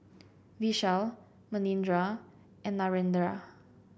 Vishal Manindra and Narendra